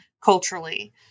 culturally